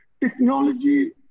Technology